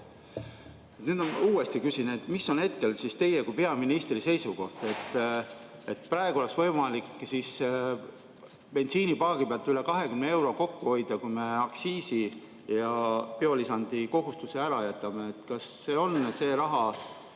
Nüüd ma küsin uuesti: mis on hetkel teie kui peaministri seisukoht? Praegu oleks võimalik bensiinipaagi pealt üle 20 euro kokku hoida, kui me aktsiisi ja biolisandikohustuse ära jätaksime. Kas see on see raha,